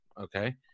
okay